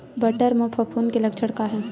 बटर म फफूंद के लक्षण का हे?